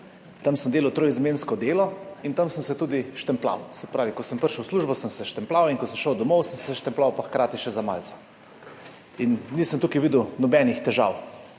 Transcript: Tam sem delal triizmensko delo in tam sem se tudi štempljal. Se pravi, ko sem prišel v službo, sem se štempljal, in ko sem šel domov, sem se štempljal, pa hkrati še za malico. Tukaj nisem videl nobenih težav.